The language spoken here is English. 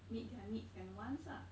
meet their needs and wants ah